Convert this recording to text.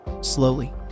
Slowly